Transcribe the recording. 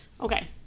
Okay